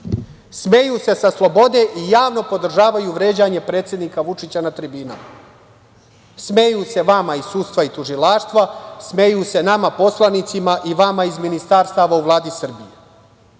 Smeju se sa slobode i javno podržavaju vređanje predsednika Vučića na tribinama. Smeju se vama iz sudstva i tužilaštva. Smeju se nama poslanicima i vama iz ministarstava u Vladi Srbije. Sa